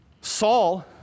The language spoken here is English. Saul